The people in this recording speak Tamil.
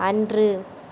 அன்று